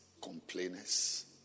complainers